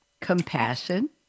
Compassion